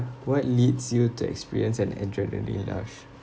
what leads you to experience an adrenaline rush